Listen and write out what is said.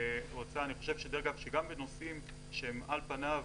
אני חושב שגם בנושאים שהם על פניו